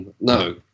No